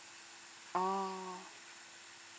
oh